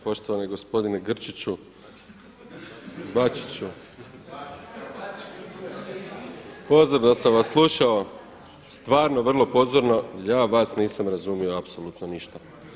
Poštovani gospodine Bačiću, pozorno sam vas slušao, stvarno vrlo pozorno, ja vas nisam razumio apsolutno ništa.